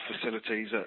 facilities